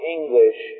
English